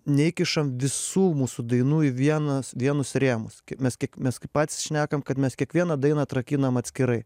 neįkišam visų mūsų dainų į vienas vienus rėmus mes kiek mes kaip patys šnekam kad mes kiekvieną dainą atrakinam atskirai